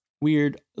weird